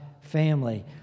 family